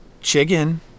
chicken